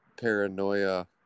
paranoia